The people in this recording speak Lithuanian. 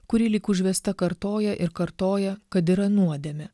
kuri lyg užvesta kartoja ir kartoja kad yra nuodėmė